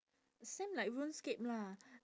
same like RuneScape lah